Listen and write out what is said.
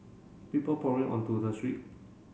people pouring onto the street